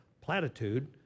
platitude